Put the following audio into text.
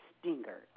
stinger